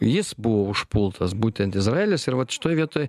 jis buvo užpultas būtent izraelis ir vat šitoj vietoj